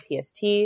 PST